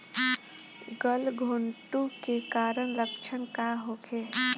गलघोंटु के कारण लक्षण का होखे?